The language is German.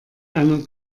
einer